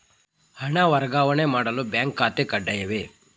ಹಣ ವರ್ಗಾವಣೆ ಮಾಡಲು ಬ್ಯಾಂಕ್ ಖಾತೆ ಕಡ್ಡಾಯವೇ?